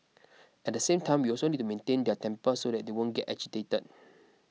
at the same time we also need to maintain their temper so that they won't get agitated